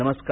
नमस्कार